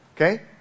Okay